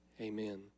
Amen